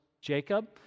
Jacob